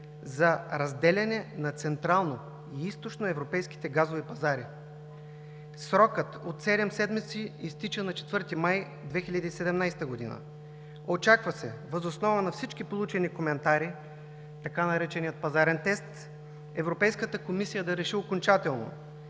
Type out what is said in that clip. за разделяне на централно- и източноевропейските газови пазари. Срокът от седем седмици изтича на 4 май 2017 г. Очаква се въз основа на всички получени коментари, така нареченият „пазарен тест“, Европейската комисия да реши окончателно